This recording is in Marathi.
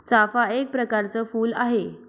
चाफा एक प्रकरच फुल आहे